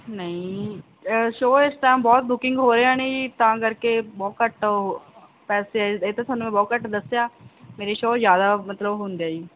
ਨਹੀਂ ਸ਼ੋਅ ਇਸ ਟਾਈਮ ਬਹੁਤ ਬੁਕਿੰਗ ਹੋ ਰਹੇ ਨੇ ਜੀ ਤਾਂ ਕਰਕੇ ਬਹੁਤ ਘੱਟ ਪੈਸੇ ਇਹ ਤਾਂ ਤੁਹਾਨੂੰ ਮੈਂ ਬਹੁਤ ਘੱਟ ਦੱਸਿਆ ਮੇਰੇ ਸ਼ੋਅ ਜ਼ਿਆਦਾ ਮਤਲਬ ਹੁੰਦੇ ਆ ਜੀ